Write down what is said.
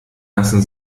lassen